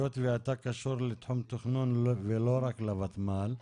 היות ואתה קשור לתחום התכנון ולא רק לוותמ"ל,